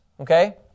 okay